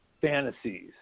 fantasies